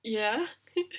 ya